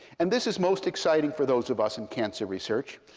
and this is most exciting for those of us in cancer research,